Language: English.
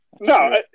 No